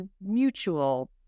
mutual